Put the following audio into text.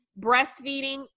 Breastfeeding